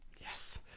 Yes